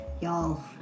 y'all